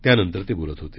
त्यानंतर ते बोलत होते